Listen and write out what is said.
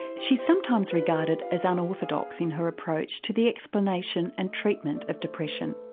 she's sometimes regarded as unorthodox in her approach to the explanation and treatment of depression.